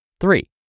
Three